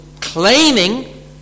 claiming